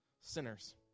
sinners